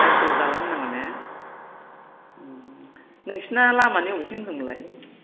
आइफवालि दालां होननांगौ ने नोंसिना लामानि बबेथिं होनदोंमोनलाय